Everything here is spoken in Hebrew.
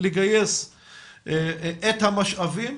לגייס את המשאבים